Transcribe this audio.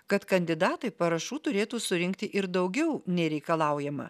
kad kandidatai parašų turėtų surinkti ir daugiau nei reikalaujama